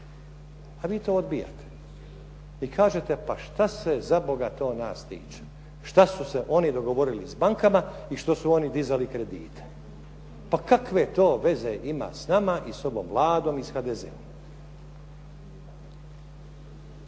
a vi to odbijate i kažete pa što se zaboga to nas tiče što su se oni dogovorili s bankama i što su oni dizali kredite? Pa kakve to veze ima s nama i s ovom Vladom i s HDZ-om?